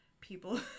people